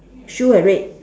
shoe eh red